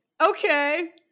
okay